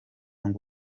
ngo